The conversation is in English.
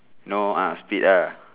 no ah split uh